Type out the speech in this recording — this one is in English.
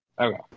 Okay